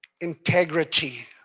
integrity